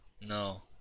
No